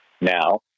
now